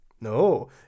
No